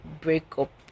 breakup